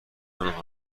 آنها